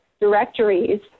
directories